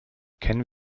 kennen